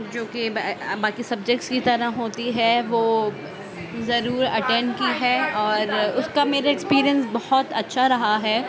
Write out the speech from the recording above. جو کہ باقی سبجیکٹس کی طرح ہوتی ہے وہ ضرور اٹینڈ کی ہے اور اس کا میرا ایکسپیرئنس بہت اچھا رہا ہے